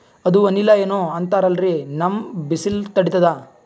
ಅದು ವನಿಲಾ ಏನೋ ಅಂತಾರಲ್ರೀ, ನಮ್ ಬಿಸಿಲ ತಡೀತದಾ?